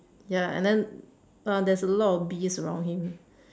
ya and then uh there's a lot of bees around him